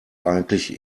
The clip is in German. eigentlich